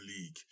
league